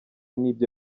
n’ibyo